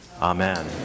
Amen